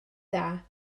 dda